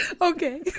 Okay